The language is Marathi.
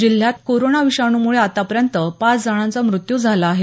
जिल्ह्यात कोरोना विषाण्म्ळे आतापर्यंत पाच जणांचा मृत्यू झाला आहे